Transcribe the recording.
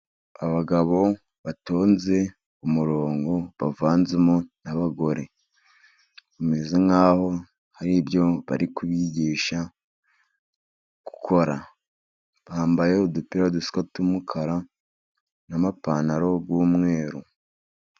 Abagabo batonze umurongo bavanzemo n'abagore, bameze nkahoho hari ibyo bari kubigisha gukora. Bambaye udupira dusa tw'umukara, n'amapantaro y'umweru.